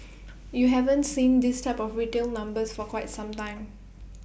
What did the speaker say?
you haven't seen this type of retail numbers for quite some time